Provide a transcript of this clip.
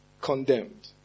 condemned